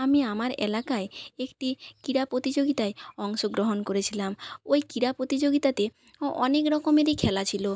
আমি আমার এলাকায় একটি ক্রীড়া প্রতিযোগিতায় অংশগ্রহণ করেছিলাম ওই ক্রীড়া প্রতিযোগিতাতে অনেক রকমেরই খেলা ছিল